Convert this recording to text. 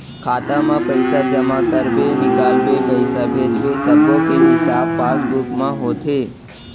खाता म पइसा जमा करबे, निकालबे, पइसा भेजबे सब्बो के हिसाब पासबुक म होथे